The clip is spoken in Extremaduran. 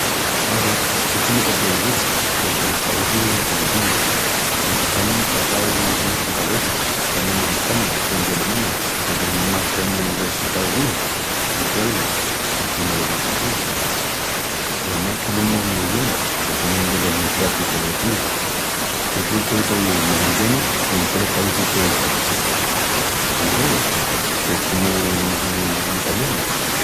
Ave, muchu no te pueu izil porque los paísis ain que viví-lus. I passal amus passau unas pocas vezis caminu d'España dendi Alemaña peru namás que amus vesitau Bruxas, i craru, a quién no le gusta Bruxas? I amás comimus mexillonis que sonin delos mis pratus favorecíus. Yo creu qu'ei píiu mexillonis en tolos paisis qu'ei estau. Vongole, qu'es comu l'izin en italianu.